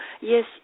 Yes